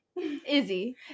Izzy